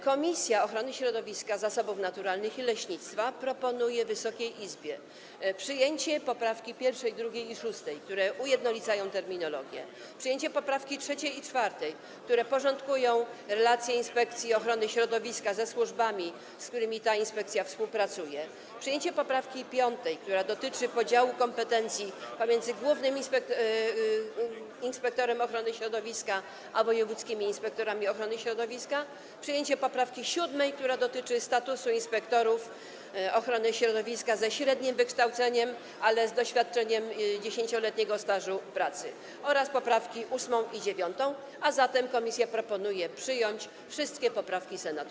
Komisja Ochrony Środowiska, Zasobów Naturalnych i Leśnictwa proponuje Wysokiej Izbie przyjęcie poprawek 1., 2. i 6., które ujednolicają terminologię, przyjęcie poprawek 3. i 4., które porządkują relacje Inspekcji Ochrony Środowiska ze służbami, z którymi ta inspekcja współpracuje, przyjęcie poprawki 5., która dotyczy podziału kompetencji pomiędzy głównym inspektorem ochrony środowiska a wojewódzkimi inspektorami ochrony środowiska, przyjęcie poprawki 7., która dotyczy statusu inspektorów ochrony środowiska ze średnim wykształceniem, ale z 10-letnim stażem pracy, oraz przyjęcie poprawek 8. i 9., a zatem komisja proponuje przyjąć wszystkie poprawki Senatu.